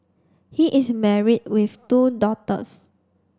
he is married with two daughters